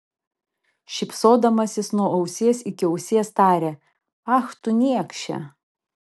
šypsodamasis nuo ausies iki ausies tarė ach tu niekše